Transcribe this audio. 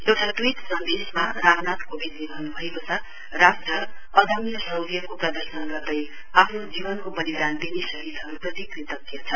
एउटा ट्वीट सन्देशमा श्री रामनाथ कोविन्दले भन्न्भएको छ राष्ट्र अदम्य शौर्चको प्रदर्शन गर्दै आफ्नो जीवनको बलिदान दिने शहीदहरुप्रति कृतज्ञ छ